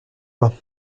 bas